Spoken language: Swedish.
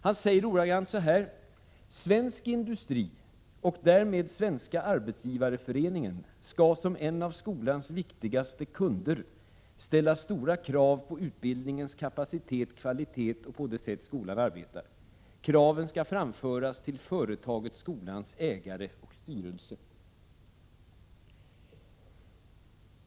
Han säger också att svensk industri och därmed Svenska arbetsgivareföreningen skall som en av skolans viktigaste kunder ställa stora krav på utbildningens kapacitet, kvalitet och det sätt på vilket skolan arbetar. Kraven skall framföras till företagets, skolans, ägare och styrelse.